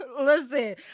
Listen